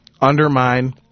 undermine